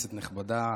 כנסת נכבדה,